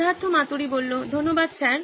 সিদ্ধার্থ মাতুরি ধন্যবাদ স্যার